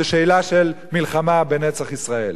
זו שאלה של מלחמה בנצח ישראל.